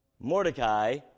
Mordecai